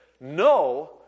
no